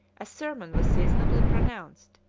a sermon was seasonably pronounced,